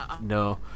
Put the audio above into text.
No